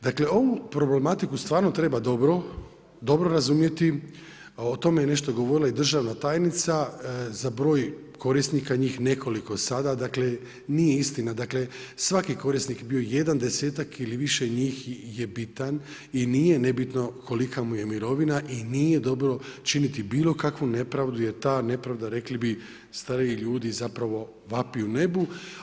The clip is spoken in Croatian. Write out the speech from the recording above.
Dakle ovu problematiku stvarno treba dobro razumjeti, o tome je nešto govorila i državna tajnica za broj korisnika njih nekoliko sada, dakle nije istina svaki korisnik bio jedan, desetak ili više njih je bitan i nije nebitno kolika mu je mirovina i nije dobro činiti bilo kakvu nepravdu jer ta nepravda rekli bi stariji ljudi vapi u nebu.